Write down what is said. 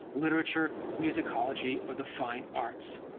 literature, musicology, or the fine arts.